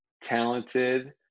talented